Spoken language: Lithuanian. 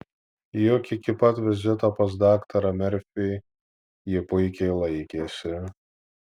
juk iki pat vizito pas daktarą merfį ji puikiai laikėsi